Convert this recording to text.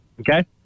okay